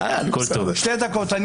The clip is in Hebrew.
שתי דקות.